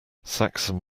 saxon